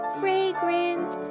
fragrant